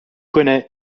connaît